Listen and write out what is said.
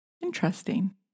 Interesting